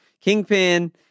kingpin